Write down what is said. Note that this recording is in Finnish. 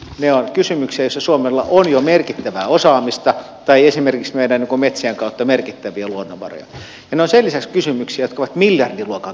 ne ovat kysymyksiä joissa suomella on jo merkittävää osaamista tai esimerkiksi metsien kautta merkittäviä luonnonvaroja ja ne ovat sen lisäksi kysymyksiä jotka ovat miljardiluokan kysymyksiä